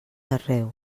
arreu